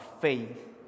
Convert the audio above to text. faith